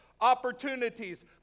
opportunities